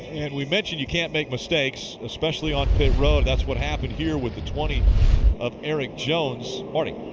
and we mentioned you can't make mistakes, especially on pit road. that's what happened here with the twenty of erik jones. marty?